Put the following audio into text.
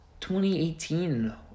2018